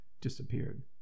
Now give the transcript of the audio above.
disappeared